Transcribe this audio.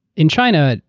in china,